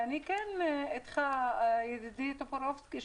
אני איתך ידידי טופורובסקי,